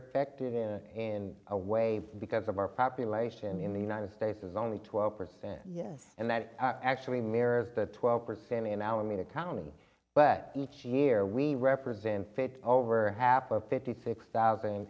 affected in a way because of our population in the united states is only twelve percent and that actually mirrors the twelve percent in alameda county but each year we represent fit over half of fifty six thousand